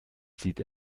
zieht